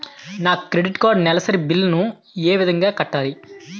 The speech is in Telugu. నా క్రెడిట్ కార్డ్ నెలసరి బిల్ ని ఏ విధంగా కట్టాలి?